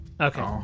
okay